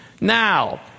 Now